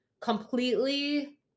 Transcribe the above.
completely